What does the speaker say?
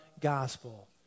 gospel